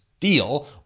deal